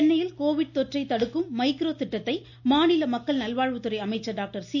சென்னையில் கோவிட் தொற்றை தடுக்கும் மைக்ரோ திட்டத்தை மாநில மக்கள் நல்வாழ்வுத்துறை அமைச்சர் டாக்டர் சி